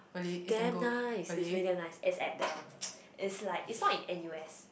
it's damn nice is really damn nice is at the it's like is not in N_U_S